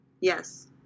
yes